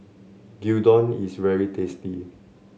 Gyudon is very tasty